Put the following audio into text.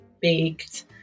baked